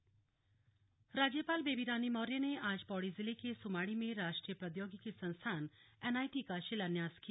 NIT शिलान्यास राज्यपाल बेबी रानी मौर्य ने आज पौड़ी जिले के सुमाड़ी में राष्ट्रीय प्रौद्योगिकी संस्थान एनआईटी का शिलान्यास किया